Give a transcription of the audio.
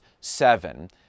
seven